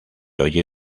oye